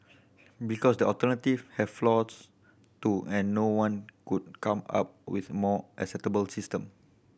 because the alternative have flaws too and no one could come up with more acceptable system